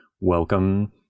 welcome